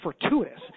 fortuitous